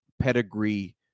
pedigree